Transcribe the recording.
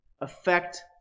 affect